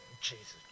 Jesus